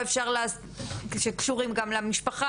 שקשורים גם למשפחה